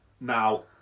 Now